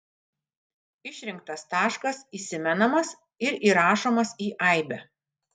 išrinktas taškas įsimenamas ir įrašomas į aibę